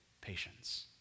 patience